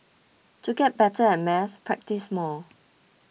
to get better at maths practise more